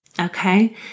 Okay